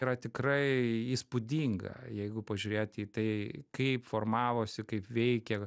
yra tikrai įspūdinga jeigu pažiūrėti į tai kaip formavosi kaip veikė